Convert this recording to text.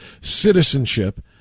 citizenship